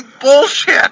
bullshit